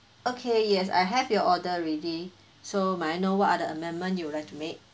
okay yes I have your order ready so may I know what are the amendment you would like to make